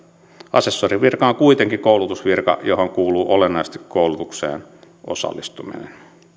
asessorin virka on kuitenkin koulutusvirka johon kuuluu olennaisesti koulutukseen osallistuminen